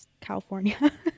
California